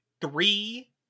three